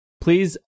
Please